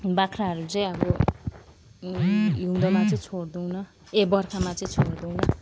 बाख्राहरू चाहिँ अब हिउँदोमा चाहिँ छोड्दैनौँ ए बर्खामा चाहिँ छोड्दैनौँ